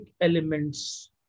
elements